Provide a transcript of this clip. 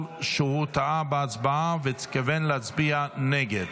שהוא טעה בהצבעה והתכוון להצביע נגד.